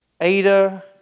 Ada